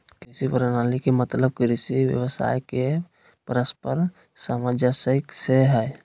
कृषि प्रणाली के मतलब कृषि व्यवसाय के परस्पर सामंजस्य से हइ